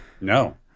no